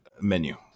menu